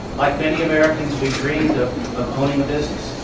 like many americans, we dreamed of of owning a business.